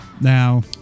Now